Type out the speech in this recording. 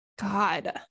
God